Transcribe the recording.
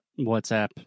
WhatsApp